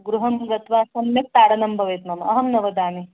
गृहं गत्वा सम्यक् ताडनं भवेत् नाम अहं न वदामि